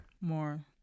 more